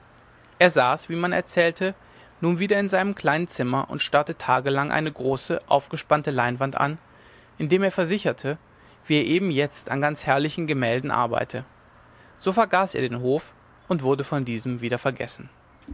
er saß wie man erzählte nun wieder in seinem kleinen zimmer und starrte tagelang eine große aufgespannte leinwand an indem er versicherte wie er eben jetzt an ganz herrlichen gemälden arbeite so vergaß er den hof und wurde von diesem wieder vergessen